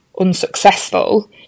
unsuccessful